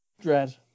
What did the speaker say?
Dread